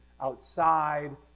outside